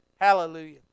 Hallelujah